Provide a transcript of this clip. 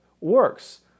works